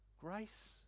Grace